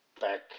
back